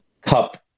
cup